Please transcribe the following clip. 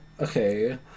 Okay